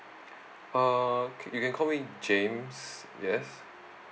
err okay you can call me james yes